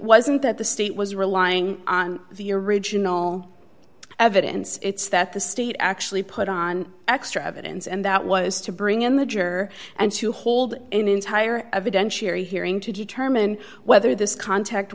wasn't that the state was relying on the original evidence it's that the state actually put on extra evidence and that was to bring in the juror and to hold an entire evidentiary hearing to determine whether this contect